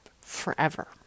forever